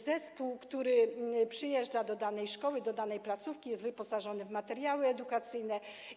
Zespół, który przyjeżdża do danej szkoły, placówki, jest wyposażony w materiały edukacyjne.